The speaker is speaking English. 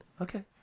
Okay